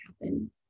happen